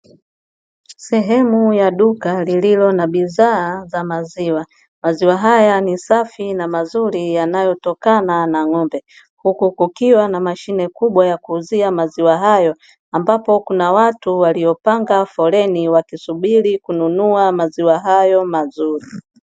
Sehemu ya duka lililo na bidhaa za maziwa, maziwa haya ni safi na mazuri yanayotokana na ng’ombe; huku kukiwa na Mashine kubwa ya kuuzia maziwa hayo ambapo kuna watu waliopanga foleni wakisubiri kununua maziwa hayo mazuri.